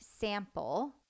sample